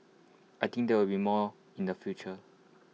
I think there will be more in the future